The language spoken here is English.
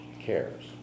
cares